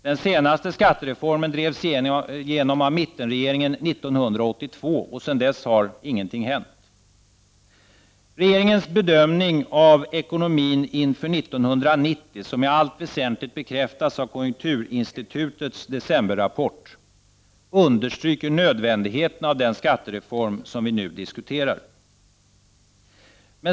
Den senaste skattereformen drevs igenom av mittenregeringen 1982. Sedan dess har ingenting hänt. I regeringens bedömning av ekonomin inför 1990, som i allt väsentligt bekräftas av konjunkturinstitutets decemberrapport, understryks nödvändigheten av den skattereform som vi nu diskuterar.